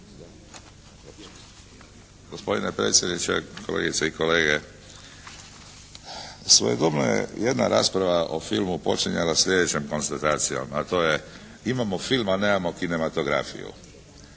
Gospodine predsjedniče, kolegice i kolege. Svojedobno je jedna rasprava o filmu počinjala sljedećom konstatacijom, a to je imamo film, a nemamo kinematografiju.